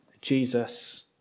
Jesus